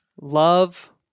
love